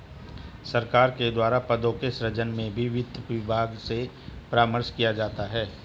सरकार के द्वारा पदों के सृजन में भी वित्त विभाग से परामर्श किया जाता है